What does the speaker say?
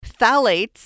Phthalates